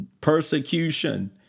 Persecution